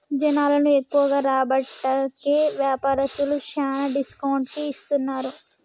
జనాలను ఎక్కువగా రాబట్టేకి వ్యాపారస్తులు శ్యానా డిస్కౌంట్ కి ఇత్తన్నారు